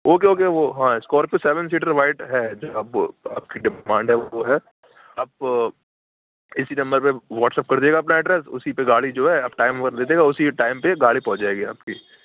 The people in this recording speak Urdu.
اوکے اوکے وہ ہاں اسکورپیو سیون سیٹر وائٹ ہے جو آپ آپ کی ڈیمانڈ ہے وہ ہے آپ اسی نمبر پہ واٹسپ کر دیجیے گا اپنا اڈریس اسی پہ گاڑی جو ہے آپ ٹائم دے دیجیے گا اسی کے ٹائم پہ گاڑی پہنچ جائے گی آپ کی